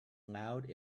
loud